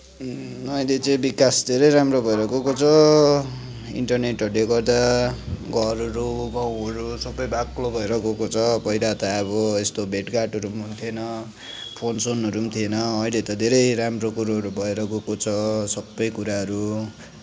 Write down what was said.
अहिले चाहिँ विकास धेरै राम्रो भएर गएको छ इन्टरनेटहरूले गर्दा घरहरू गाउँहरू सबै बाक्लो भएर गएको छ पहिला त अब यस्तो भेटघाटहरू पनि हुन्थेन फोन सोनहरू पनि थिएन अहिले त धेरै राम्रो कुरोहरू भएर गएको छ सबै कुराहरू